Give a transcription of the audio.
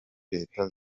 leta